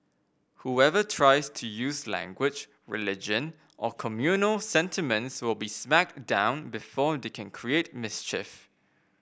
whoever tries to use language religion or communal sentiments will be smacked down before they can create mischief